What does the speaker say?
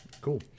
Cool